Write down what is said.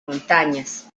montañas